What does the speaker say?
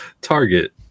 Target